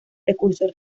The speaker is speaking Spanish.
precursor